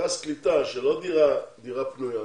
מרכז קליטה שלא דירה פנויה,